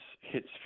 hits